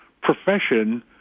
profession